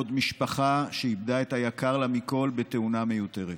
עוד משפחה שאיבדה את היקר לה מכול בתאונה מיותרת.